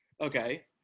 Okay